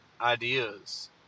ideas